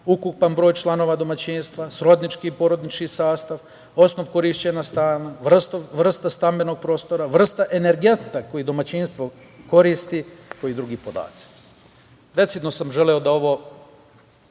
ukupan broj članova domaćinstva, srodnički porodični sastav, osnov korišćenja stana, vrsta stambenog prostora, vrsta energenta koji domaćinstvo koristi i drugi podaci. Decidno sam želeo da ovo